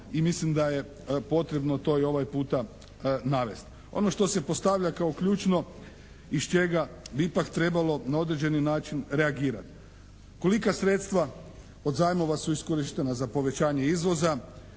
i mislim da je potrebno to i ovaj puta navesti. Ono što se postavlja kao ključno iz čega bi ipak trebalo na određeni reagirati, kolika sredstva od zajmova su iskorištena za povećanje izvoza,